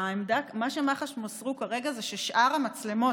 מה שמח"ש מסרו כרגע זה ששאר המצלמות